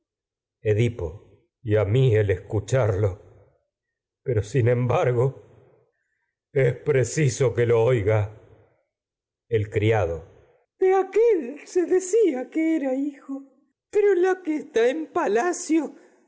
de mí mí edipo ya el escucharlo sin embargo es preciso que lo oiga el criado de aquél tu se decía que era hijo pero la yo que está fué en palacio